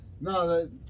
No